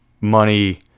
money